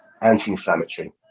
anti-inflammatory